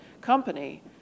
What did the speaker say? company